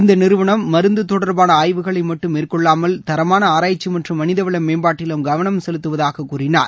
இந்த நிறுவனம் மருந்து தொடர்பான ஆய்வுகளை மட்டும் மேற்கொள்ளாமல் தரமான ஆராய்ச்சி மற்றும் மனிதவள மேம்பாட்டிலும் கவனம் செலுத்துவதாக கூறினார்